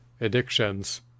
addictions